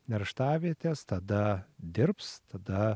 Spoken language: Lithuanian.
nerštavietes tada dirbs tada